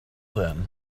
then